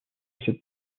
cette